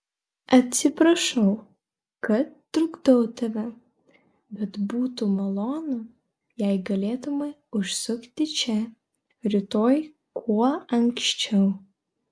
atsiprašau kad trukdau tave bet būtų malonu jei galėtumei užsukti čia rytoj kuo anksčiau